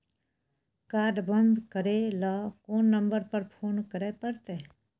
Card बन्द करे ल कोन नंबर पर फोन करे परतै?